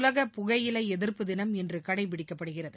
உலக புகையிலைஎதிர்ப்பு தினம் இன்றுகடைபிடிக்கப்படுகிறது